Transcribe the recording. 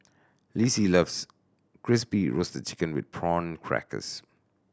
Lessie loves Crispy Roasted Chicken with Prawn Crackers